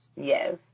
Yes